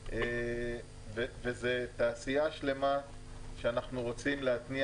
זו תעשייה שלמה שאנחנו רוצים להתניע